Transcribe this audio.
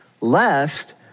Lest